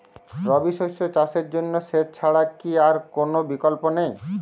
রবি শস্য চাষের জন্য সেচ ছাড়া কি আর কোন বিকল্প নেই?